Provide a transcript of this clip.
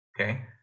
okay